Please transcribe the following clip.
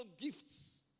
gifts